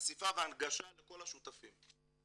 חשיפה והנגשה לכל השותפים.